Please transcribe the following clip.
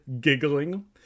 giggling